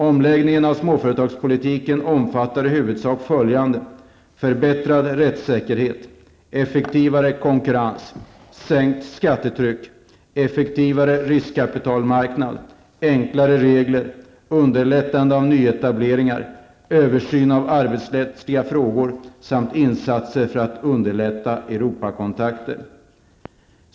Omläggningen av småföretagspolitiken omfattar i huvudsak följande: förbättrad rättssäkerhet, effektivare konkurrens, sänkt skattetryck, effektivare riskkapitalmarknad, enklare regler, underlättande av nyetableringar, översyn av arbetsrättsliga frågor samt insatser för att underlätta Europakontakter.